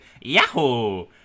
Yahoo